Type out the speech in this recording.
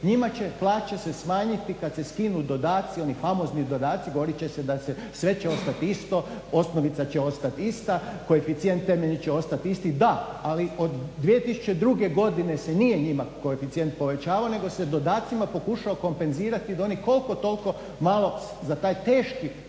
njima će plaće se smanjiti kad se skinu dodaci, oni famozni dodaci, borit će se da se, sve će ostati isto, osnovica će ostati ista, koeficijent temeljni će ostati isti da ali do 2002. godine se nije njima koeficijent povećao nego se dodacima pokušao kompenzirati da oni koliko toliko malo za taj teški